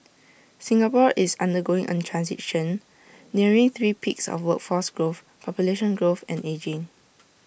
Singapore is undergoing A transition nearing three peaks of workforce growth population growth and ageing